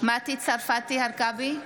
מטי צרפתי הרכבי,